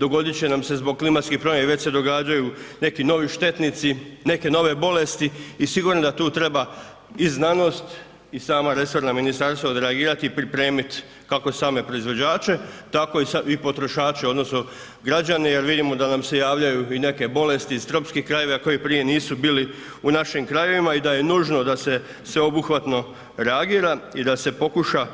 Dogodit će nam se zbog klimatskih promjena i već se događaju neki novi štetnici, neke nove bolesti i sigurno da tu treba i znanost i sama resorna ministarstva odreagirati i pripremit kako samo proizvođače tako i potrošače odnosno građane jer vidimo da nam se javljaju i neke bolesti iz tropskih krajeva koje prije nisu bili u našim krajevima i da je nužno da se sveobuhvatno reagira i da se pokuša